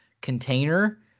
container